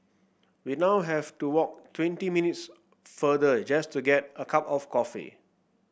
we now have to walk twenty minutes farther just to get a cup of coffee